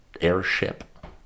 airship